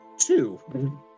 two